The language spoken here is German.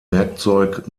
werkzeug